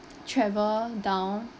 travel down